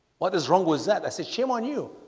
what is wrong was that that's a shame on you?